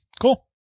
Cool